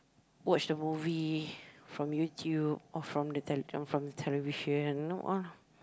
watch the movie from YouTube or from the television